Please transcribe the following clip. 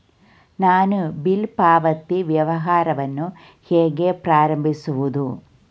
ನಾನು ಬಿಲ್ ಪಾವತಿ ವ್ಯವಹಾರವನ್ನು ಹೇಗೆ ಪ್ರಾರಂಭಿಸುವುದು?